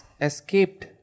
escaped